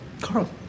Carl